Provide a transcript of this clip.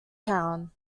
town